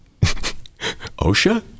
OSHA